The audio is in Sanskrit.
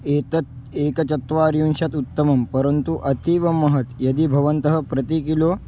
एतत् एकचत्वारिंशत् उत्तमं परन्तु अतीवमहत् यदि भवन्तः प्रति किलो